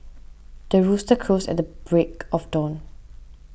the rooster crows at the break of dawn